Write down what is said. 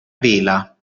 vela